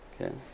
Okay